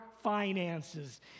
finances